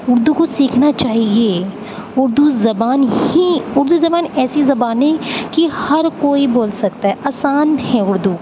اردو کو سیکھنا چاہیے اردو زبان ہی اردو زبان ایسی زبان ہے کہ ہر کوئی بول سکتا آسان ہے اردو